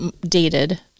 dated